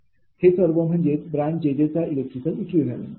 हे सर्व म्हणजेच ब्रांच jj चा इलेक्ट्रिकल इक्विव्हॅलेंट आहे